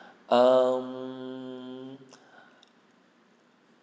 um